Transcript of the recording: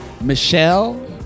Michelle